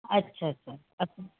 अच्छा अच्छा असं